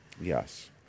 Yes